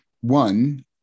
One